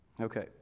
Okay